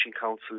Council